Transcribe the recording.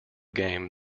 game